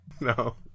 no